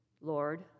Lord